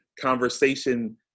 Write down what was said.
conversation